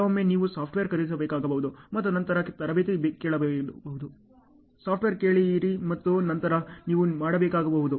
ಕೆಲವೊಮ್ಮೆ ನೀವು ಸಾಫ್ಟ್ವೇರ್ ಖರೀದಿಸಬೇಕಾಗಬಹುದು ಮತ್ತು ನಂತರ ತರಬೇತಿ ಕೇಳಬಹುದು ಸಾಫ್ಟ್ವೇರ್ ಕಲಿಯಿರಿ ಮತ್ತು ನಂತರ ನೀವು ಮಾಡಬೇಕಾಗಬಹುದು